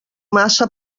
massa